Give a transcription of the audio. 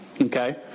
Okay